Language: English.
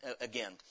again